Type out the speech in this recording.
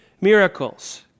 miracles